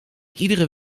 iedere